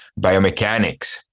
biomechanics